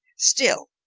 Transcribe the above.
still,